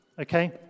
okay